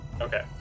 Okay